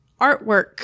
artwork